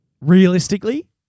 Realistically